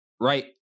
right